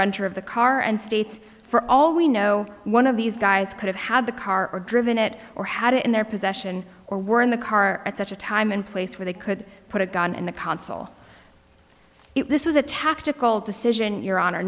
renter of the car and states for all we know one of these guys could have had the car or driven it or how did it in their possession or were in the car at such a time and place where they could put a gun and the consul if this was a tactical decision your honor